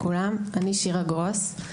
אני שירה גרוס,